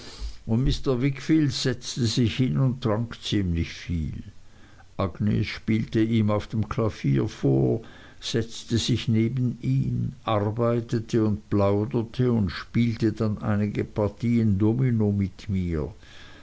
und mr wickfield setzte sich hin und trank ziemlich viel agnes spielte ihm auf dem klavier vor setzte sich neben ihn arbeitete und plauderte und spielte dann einige partien domino mit mir